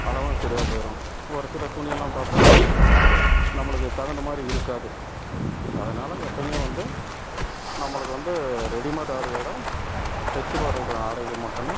அளவும் சரியாக போயிடும் ஒரு சில துணியெல்லாம் பார்த்தா நம்மளுக்கு தகுந்த மாதிரி இருக்காது அதனால் எப்பவுமே வந்து நம்மளுக்கு வந்து ரெடிமேட் ஆடையை உடை தைச்சி போடுறது ஆடைகள் மட்டும் தான்